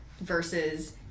versus